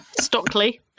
Stockley